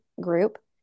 group